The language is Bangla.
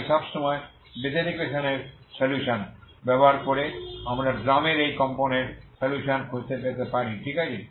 তাই সব সময় বেসেল ইকুয়েশন এর সলিউশন ব্যবহার করে আমরা ড্রামের এই কম্পনের সলিউশন খুঁজে পেতে পারি ঠিক আছে